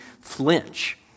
flinch